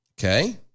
Okay